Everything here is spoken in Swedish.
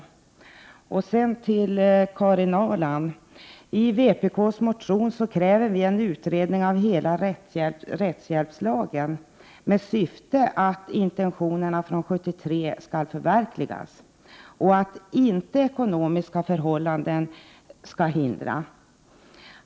Till Karin Ahrland vill jag säga att vi i vår motion kräver en utredning av hela rättshjälpslagen, med syfte att intentionerna från 1973 skall förverkligas utan att ekonomiska förhållanden lägger hinder i vägen.